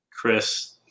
Chris